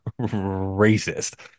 racist